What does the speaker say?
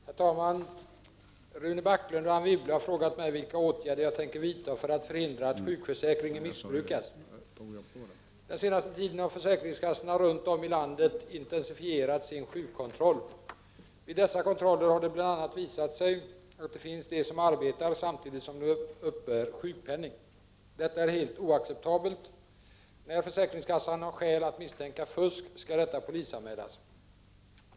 Herr talman! Rune Backlund och Anne Wibble har frågat mig vilka åtgärder jag tänker vidta för att förhindra att sjukförsäkringen missbrukas. Den senaste tiden har försäkringskassorna runt om i landet intensifierat sin sjukkontroll. Vid dessa kontroller har det bl.a. visat sig att det finns de som arbetar samtidigt som de uppbär sjukpenning. Detta är helt oacceptabelt. När försäkringskassan har skäl att misstänka fusk skall detta polisanmälas.